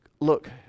look